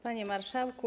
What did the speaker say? Panie Marszałku!